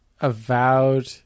Avowed